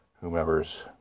whomever's